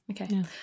okay